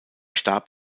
starb